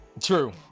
True